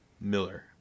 Miller